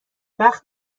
وقت